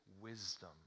wisdom